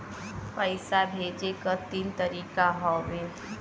पइसा भेजे क तीन तरीका हउवे